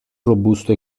robusto